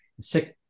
six